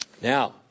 Now